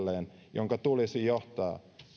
jonka tulisi johtaa